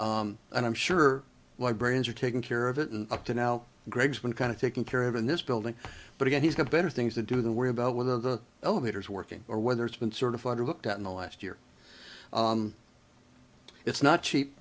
and i'm sure my brains are taking care of it and up to now greg's been kind of taken care of in this building but again he's got better things to do than worry about when the elevator is working or whether it's been certified or looked at in the last year it's not cheap